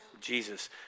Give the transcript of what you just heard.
Jesus